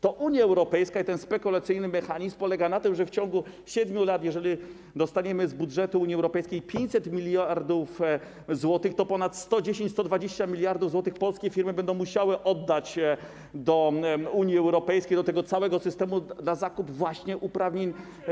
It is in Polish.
To Unia Europejska i ten spekulacyjny mechanizm polega na tym, że w ciągu 7 lat, jeżeli dostaniemy z budżetu Unii Europejskiej 500 mld zł, to ponad 110, 120 mld zł polskie firmy będą musiały oddać Unii Europejskiej, do tego całego systemu właśnie na zakup uprawnień.